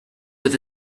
with